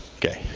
okay.